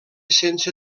sense